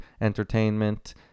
entertainment